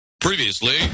Previously